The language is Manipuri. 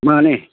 ꯃꯥꯟꯅꯤ